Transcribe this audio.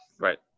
Right